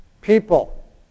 people